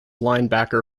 linebacker